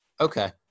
Okay